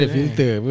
Filter